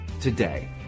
today